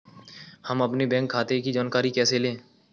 हम अपने बैंक खाते की जानकारी कैसे लें?